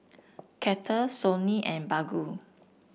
Kettle Sony and Baggu